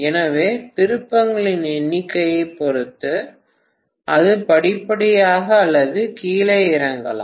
எனவே திருப்பங்களின் எண்ணிக்கையைப் பொறுத்து அது படிப்படியாக அல்லது கீழே இறங்கலாம்